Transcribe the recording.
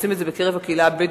עושים את זה בקרב הקהילה הבדואית.